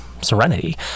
serenity